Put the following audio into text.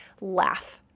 laugh